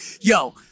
yo